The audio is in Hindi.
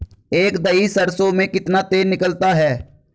एक दही सरसों में कितना तेल निकलता है?